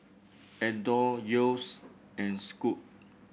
Adore Yeo's and Scoot